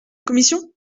commission